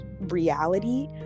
reality